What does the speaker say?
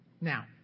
Now